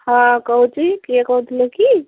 ହଁ କହୁଛି କିଏ କହୁଥିଲ କି